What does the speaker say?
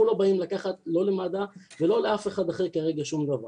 אנחנו לא באים לקחת לא ממד"א ולא לאף אחד אחר כרגע שום דבר.